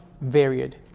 varied